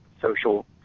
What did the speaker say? social